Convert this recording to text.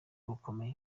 rukomeye